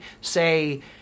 say